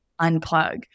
unplug